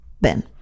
ben